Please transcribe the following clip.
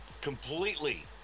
completely